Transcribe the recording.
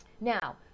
Now